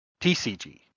TCG